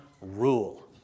rule